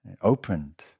opened